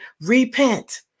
repent